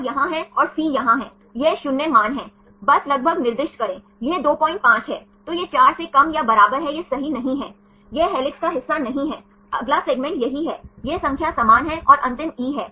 वे van der Waals radii को मानते हैंसही इन विब्रेशन्स के आधार पर एक छोटा सा आर और कैपिटल आर सही है और फिर उन्होंने घूमने की कोशिश की और देखें कि ये परमाणु किस चक्कर में इंटरैक्ट कर सकते हैं या परमाणु किसी स्टिरिक क्लैश का निर्माण नहीं कर रहे हैं